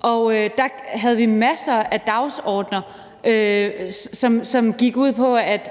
og der havde vi masser af dagsordener, som gik ud på at